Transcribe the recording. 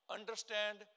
Understand